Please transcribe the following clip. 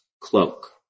cloak